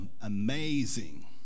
amazing